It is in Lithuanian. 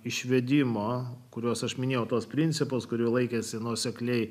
išvedimo kuriuos aš minėjau tas principas kurio laikėsi nuosekliai